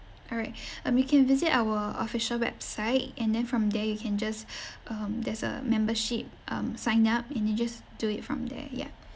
all right um you can visit our official website and then from there you can just um there's a membership um sign up and you just do it from there ya